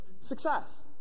success